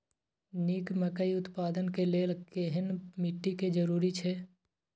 निक मकई उत्पादन के लेल केहेन मिट्टी के जरूरी छे?